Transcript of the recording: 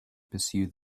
pursue